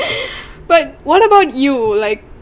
but what about you like